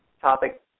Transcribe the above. Topic